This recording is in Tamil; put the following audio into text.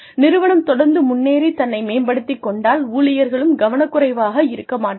நிறுவனம் தொடர்ந்து முன்னேறி தன்னை மேம்படுத்திக் கொண்டால் ஊழியர்களும் கவனக்குறைவாக இருக்க மாட்டார்கள்